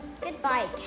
goodbye